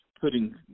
putting